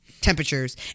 temperatures